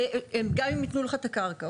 גם אם יתנו לך את הקרקע.